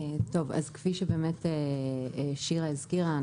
כפי ששירה הזכירה,